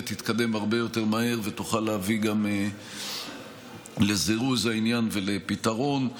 תתקדם הרבה יותר מהר ותוכל להביא גם לזירוז העניין ולפתרון.